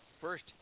first